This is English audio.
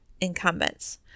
incumbents